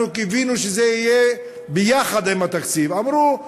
אנחנו קיווינו שזה יהיה ביחד עם התקציב, אמרו: